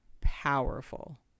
powerful